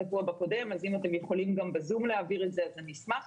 אם אתם יכולים להעביר את זה ב-זום, אני אשמח.